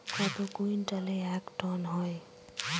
কত কুইন্টালে এক টন হয়?